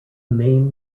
main